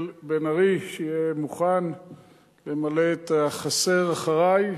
בן-ארי שיהיה מוכן למלא את החסר אחרי,